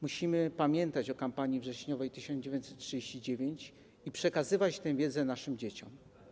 Musimy pamiętać o kampanii wrześniowej 1939 r. i przekazywać tę wiedzę naszym dzieciom.